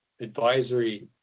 Advisory